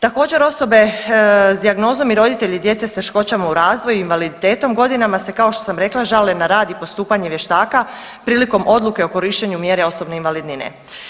Također osobe s dijagnozom i roditelji djece s teškoćama u razvoju invaliditetom godinama sam kao što sam rekla žale na rad i postupanje vještaka prilikom odluke o korištenju mjere osobne invalidnine.